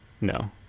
No